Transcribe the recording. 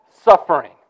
suffering